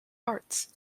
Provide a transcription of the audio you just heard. arts